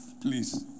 Please